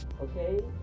Okay